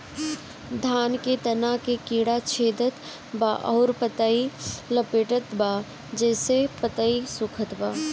धान के तना के कीड़ा छेदत बा अउर पतई लपेटतबा जेसे पतई सूखत बा?